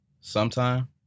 sometime